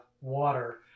water